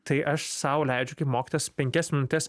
tai aš sau leidžiu kaip mokytojas penkias minutes